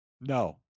No